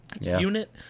unit